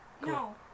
No